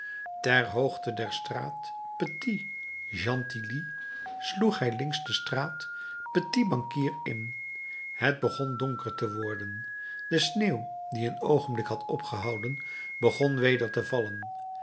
ter hoogte der straat petit gentilly sloeg hij links de straat petit banquier in het begon donker te worden de sneeuw die een oogenblik had opgehouden begon weder te vallen